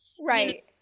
Right